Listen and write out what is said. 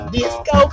Disco